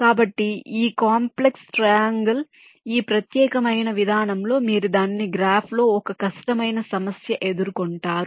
కాబట్టి ఈ complex triangle ఈ ప్రత్యేకమైన విధానంలో మీరు దానిని గ్రాఫ్లో ఒక కష్టమైన సమస్య ఎదుర్కొంటారు